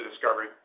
discovery